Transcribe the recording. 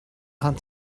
aunt